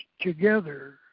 together